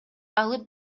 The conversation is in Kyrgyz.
алып